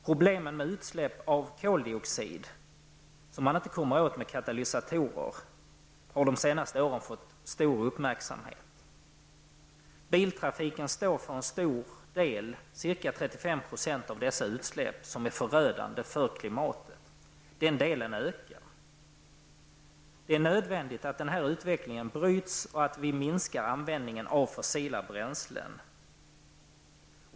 Problemen med utsläpp av koldioxid, som man inte kommer åt med katalysatorer, har de senaste åren fått stor uppmärksamhet. Biltrafiken står för en stor del, ca 35 %, av dessa utsläpp, som är förödande för klimatet. Och den delen ökar. Det är nödvändigt att denna utveckling bryts och att vi minskar användningen av fossila bränsen.